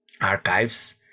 archives